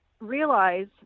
realize